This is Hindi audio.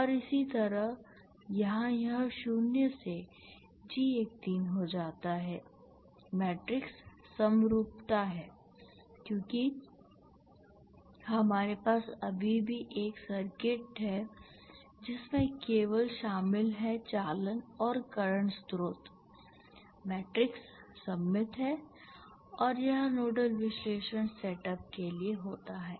और इसी तरह यहां यह शून्य से G13 हो जाता है मैट्रिक्स समरूपता है क्योंकि हमारे पास अभी भी एक सर्किट है जिसमें केवल शामिल है चालन और करंट स्रोत मैट्रिक्स सममित है और यह नोडल विश्लेषण सेटअप के लिए होता है